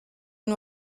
and